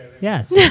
Yes